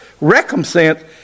recompense